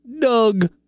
Doug